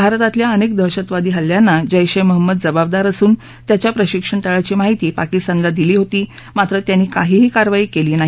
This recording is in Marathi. भारतातल्या अनेक दहशतवादी हल्ल्याना जैश ए महम्मद जबाबदार असून त्याच्या प्रशिक्षण तळाची माहिती पाकिस्तानला दिली होती मात्र त्यांनी काहीही कारवाई केली नाही